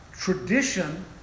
Tradition